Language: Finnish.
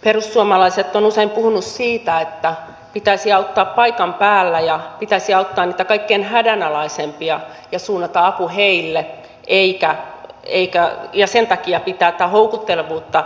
perussuomalaiset ovat usein puhuneet siitä että pitäisi auttaa paikan päällä ja pitäisi auttaa niitä kaikkein hädänalaisimpia ja suunnata apu heille ja sen takia pitää tätä houkuttelevuutta